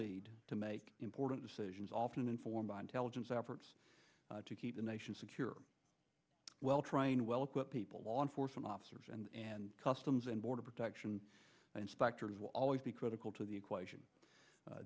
need to make important decisions often informed by intelligence efforts to keep the nation secure well trained well equipped people law enforcement officers and customs and border protection inspectors will always be critical to the equation